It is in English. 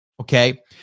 okay